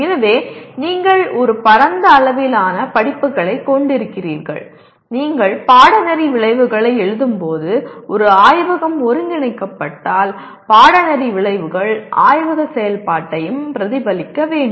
எனவே நீங்கள் ஒரு பரந்த அளவிலான படிப்புகளைக் கொண்டிருக்கிறீர்கள் நீங்கள் பாடநெறி விளைவுகளை எழுதும் போது ஒரு ஆய்வகம் ஒருங்கிணைக்கப்பட்டால் பாடநெறி விளைவுகள் ஆய்வக செயல்பாட்டையும் பிரதிபலிக்க வேண்டும்